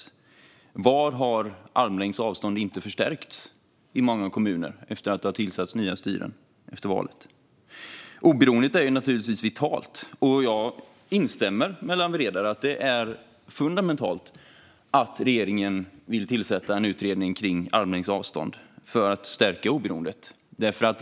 I vilka kommuner har armlängds avstånd inte förstärkts efter att nya styren har tillsatts efter valet? Oberoendet är naturligtvis vitalt, och jag håller med Lawen Redar om att det är fundamentalt att regeringen vill tillsätta en utredning kring armlängds avstånd för att stärka oberoendet.